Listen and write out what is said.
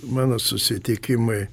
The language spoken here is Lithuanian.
mano susitikimai